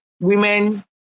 women